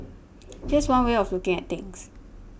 here's one way of looking at things